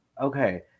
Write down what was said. Okay